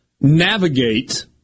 Navigate